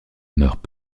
meurt